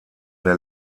der